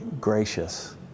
gracious